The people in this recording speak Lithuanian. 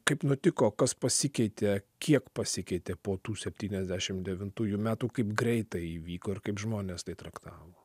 kaip nutiko kas pasikeitė kiek pasikeitė po tų septyniasdešimt devintųjų metų kaip greitai įvyko ir kaip žmonės tai traktavo